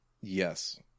Yes